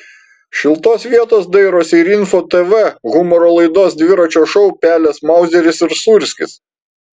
šiltos vietos dairosi ir info tv humoro laidos dviračio šou pelės mauzeris ir sūrskis